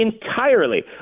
entirely